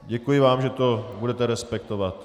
Děkuji vám, že to budete respektovat.